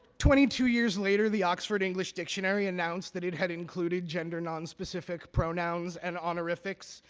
twenty two years later, the oxford english dictionary announced that it had included gender nonspecific pronouns and honorifics,